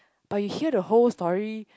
but you hear the whole story